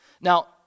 Now